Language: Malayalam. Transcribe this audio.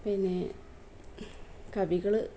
പിന്നെ കവികൾ